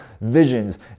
visions